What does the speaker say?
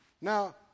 now